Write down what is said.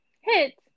hit